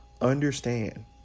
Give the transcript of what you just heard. understand